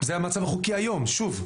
זה המצב החוקי היום, שוב.